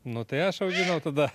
nu tai aš auginau tada